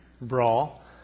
brawl